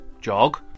Jog